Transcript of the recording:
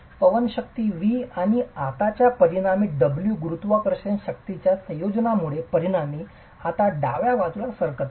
पवन शक्ती V आणि आताच्या परिणामी W गुरुत्वाकर्षण शक्तीच्या संयोजनामुळे परिणामी आता डाव्या बाजूला सरकत आहे